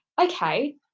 okay